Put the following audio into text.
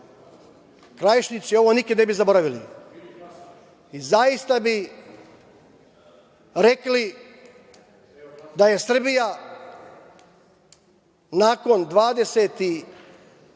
Krajišnici ovo nikada ne bi zaboravili. Zaista bi rekli da je Srbija nakon 25